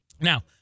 Now